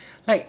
!hais!